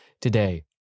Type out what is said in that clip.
today